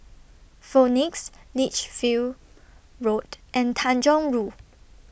Phoenix Lichfield Road and Tanjong Rhu